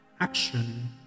action